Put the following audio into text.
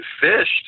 fished